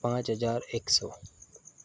પાંચ હજાર એક સો